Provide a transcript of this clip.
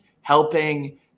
helping